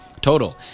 total